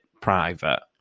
private